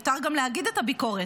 מותר גם להגיד את הביקורת.